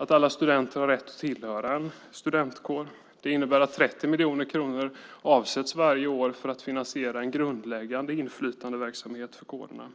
Att alla studenter har rätt att tillhöra en studentkår innebär att 30 miljoner kronor avsätts varje år för att finansiera en grundläggande inflytandeverksamhet för kårerna.